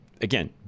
Again